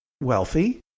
wealthy